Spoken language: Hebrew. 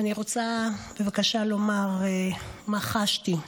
ואני רוצה בבקשה לומר מה חשתי.